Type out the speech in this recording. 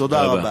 תודה רבה.